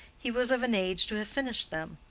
he was of an age to have finished them.